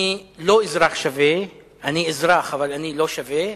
אני לא אזרח שווה, אני אזרח אבל לא שווה.